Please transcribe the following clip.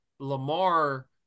Lamar